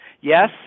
Yes